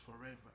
forever